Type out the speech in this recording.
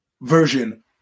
version